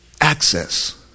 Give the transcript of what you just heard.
access